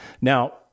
Now